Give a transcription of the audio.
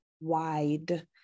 wide